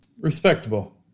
Respectable